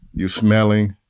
you're smelling,